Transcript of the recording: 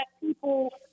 people